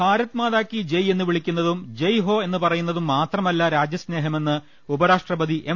ഭാരത് മാതാ കീ ജയ് എന്ന് വിളിക്കുന്നതും ജയ്ഹോ എന്ന് പറ യുന്നതും മാത്രമല്ല രാജ്യസ്നേഹമെന്ന് ഉപരാഷ്ട്രപതി എം